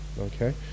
Okay